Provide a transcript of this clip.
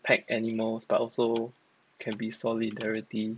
pack animals but also can be solidarity